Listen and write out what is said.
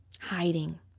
hiding